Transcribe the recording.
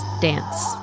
dance